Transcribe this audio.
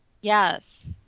Yes